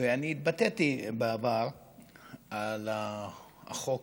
התבטאתי בעבר על החוק